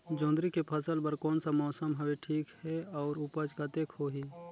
जोंदरी के फसल बर कोन सा मौसम हवे ठीक हे अउर ऊपज कतेक होही?